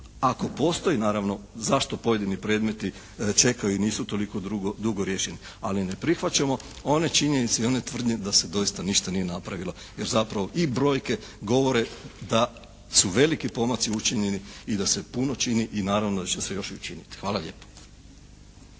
ako postoji naravno zašto pojedini predmeti čekaju i nisu toliko dugo riješeni. Ali ne prihvaćamo one činjenice i one tvrdnje da se doista ništa nije napravilo. Jer zapravo i brojke govore da su veliki pomaci učinjeni i da se puno čini i naravno da će se još i učiniti. Hvala lijepa.